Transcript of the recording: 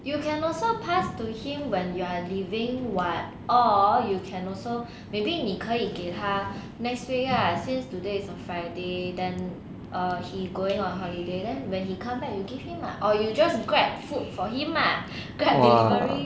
you can also passed to him when you are leaving [what] or you can also maybe 你可以给他 next day lah since today is a friday then err he going on holiday then when he come back you give him lah or you just grab food for he lah grab delivery